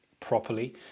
properly